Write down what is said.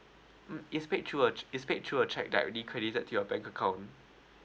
mm it's paid through a it's paid through a cheque directly credited to your bank account